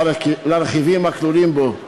לרכיבים הכלולים בו,